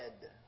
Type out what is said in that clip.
dead